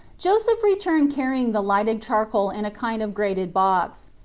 joseph returned carrying the lighted charcoal in a kind of grated box.